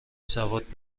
سواد